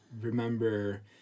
remember